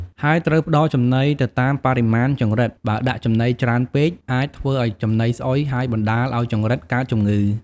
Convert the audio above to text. ហើយត្រូវផ្តល់ចំណីទៅតាមបរិមាណចង្រិត បើដាក់ចំណីច្រើនពេក អាចធ្វើឲ្យចំណីស្អុយ ហើយបណ្តាលឲ្យចង្រិតកើតជំងឺ។